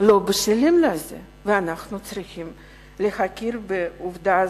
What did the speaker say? לא בשלות לזה, ואנחנו צריכים להכיר בעובדה הזאת.